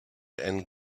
and